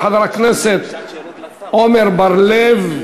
של חבר הכנסת עמר בר-לב.